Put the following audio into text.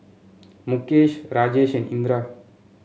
Mukesh Rajesh and Indira